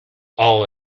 all